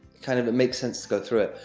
kind of it makes sense to go through it.